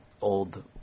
old